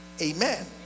Amen